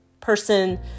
person